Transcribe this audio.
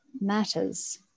matters